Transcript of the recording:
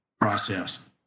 process